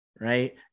right